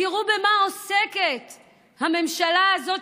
תראו במה עוסקת הממשלה הזאת,